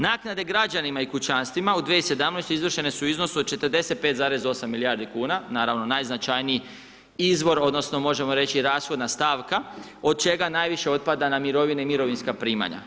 Naknade građanima i kućanstvima u 2017. izvršene su u iznosu od 45,8 milijardi kuna naravno najznačajniji izvor odnosno možemo reći rashodna stavka od čega najviše otpada na mirovine i mirovinska primanja.